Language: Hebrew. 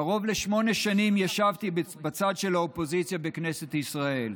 קרוב לשמונה שנים ישבתי בצד של האופוזיציה בכנסת ישראל,